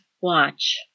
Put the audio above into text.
Watch